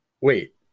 Wait